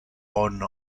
bon